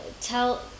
tell